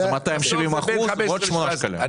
זה 270 אחוזים ועוד 8 שקלים.